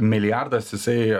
milijardas jisai